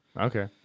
okay